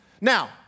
Now